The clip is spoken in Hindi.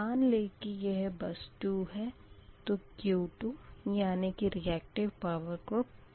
मान लें की यह बस 2 है तो Q2 यानी कि रीयक्टिव पावर को प्राप्त करना होगा